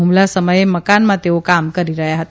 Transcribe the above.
હુમલા સમયે મકાનમાં તેઓ કામ કરી રહ્યા હતા